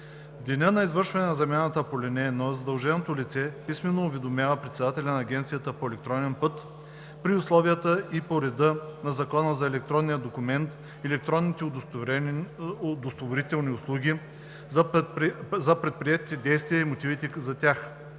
деня на извършване на замяната по ал. 1 задълженото лице писмено уведомява председателя на агенцията по електронен път при условията и по реда на Закона за електронния документ и електронните удостоверителни услуги за предприетите действия и мотивите за тях.